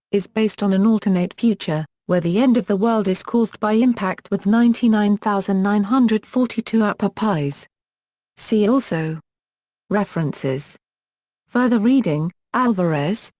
is based on an alternate future, where the end of the world is caused by impact with ninety nine thousand nine hundred and forty two apophis. see also references further reading alvarez,